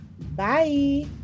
Bye